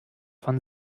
von